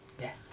Yes